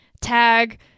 tag